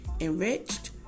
enriched